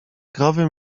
krowy